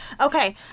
okay